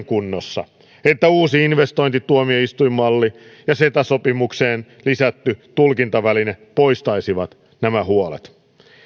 kunnossa että uusi investointituomioistuinmalli ja ceta sopimukseen lisätty tulkintaväline poistaisivat nämä huolet